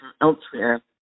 elsewhere